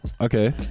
okay